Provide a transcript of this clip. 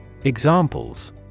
Examples